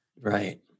Right